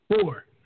Four